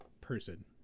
person